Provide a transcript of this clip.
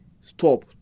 stop